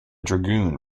dragoon